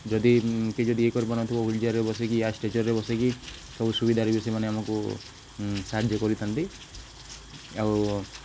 ଯଦି କି ଯଦି ଏ କରିପାରୁ ନଥିବ ହ୍ୱିଲ୍ଚେୟାର୍ରେ ବସାଇକି ୟା ଷ୍ଟେଚର୍ରେ ବସାଇକି ସବୁ ସୁବିଧାରେ ବି ସେମାନେ ଆମକୁ ସାହାଯ୍ୟ କରିଥାନ୍ତି ଆଉ